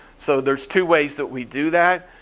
so there's two ways that we do that.